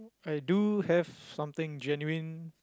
I do have something genuine